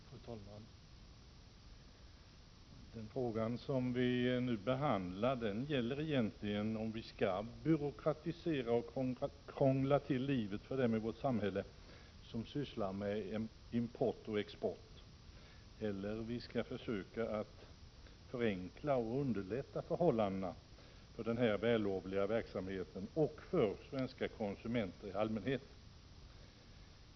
Fru talman! Den fråga som vi nu behandlar gäller egentligen om vi skall byråkratisera och krångla till livet för dem i vårt samhälle som sysslar med import och export eller om vi skall försöka förenkla och underlätta förhållandena för bedrivandet av denna vällovliga verksamhet till förmån för svenska konsumenter i allmänhet.